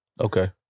Okay